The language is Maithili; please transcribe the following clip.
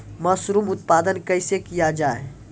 मसरूम उत्पादन कैसे किया जाय?